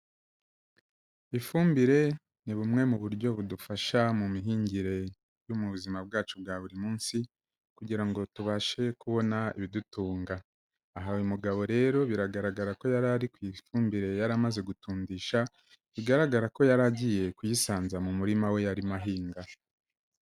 Ifumbire ni bumwe mu buryo budufasha mu mihingire yo mu buzima bwacu bwa buri munsi, kugirango ngo tubashe kubona ibidutunga, aha uyu mugabo rero biragaragara ko yari ari ku ifumbire yari amaze gutundisha, bigaragara ko yari agiye kuyisanza mu murima we yarimo ahinga.